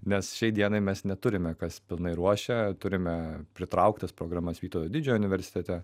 nes šiai dienai mes neturime kas pilnai ruošia turime pritrauktas programas vytauto didžiojo universitete